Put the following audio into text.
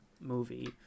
movie